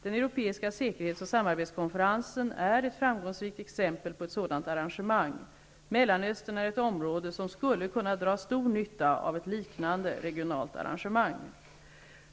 Den europeiska säkerhetsoch samarbetskonferensen är ett framgångsrikt exempel på ett sådant arrangemang. Mellanöstern är ett område som skulle kunna dra stor nytta av ett liknande regionalt arrangemang.